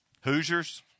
Hoosiers